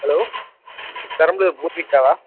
hello Perambalur பூர்வீகாவா